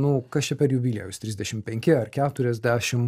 nu kas čia per jubiliejus trisdešim penki ar keturiasdešim